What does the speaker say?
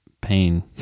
pain